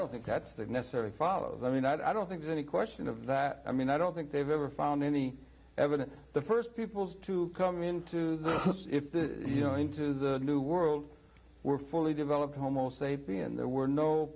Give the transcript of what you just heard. don't think that's that necessarily follows i mean i don't think there's any question of that i mean i don't think they've ever found any evidence the first people to come into you know into the new world were fully developed homosapien there were no